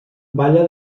balla